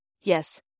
Yes